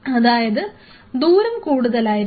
അതായത് ദൂരം കൂടുതലായിരിക്കണം